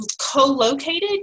co-located